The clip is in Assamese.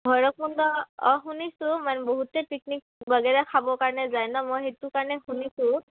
ভৈৰৱকুণ্ড অঁ শুনিছোঁ মানে বহুতে পিকনিক খাবৰ কাৰণে যায় ন মই সেইটো কাৰণে শুনিছোঁ